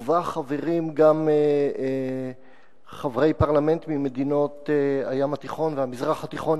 ובה חברים גם חברי פרלמנט ממדינות הים התיכון והמזרח התיכון